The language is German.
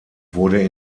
wurde